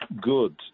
good